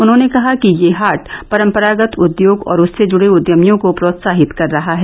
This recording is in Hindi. उन्हॉने कहा कि यह हाट परम्परागत उद्योग और उससे जुड़े उद्यमियों को प्रोत्साहित कर रहा है